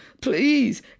Please